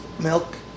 Milk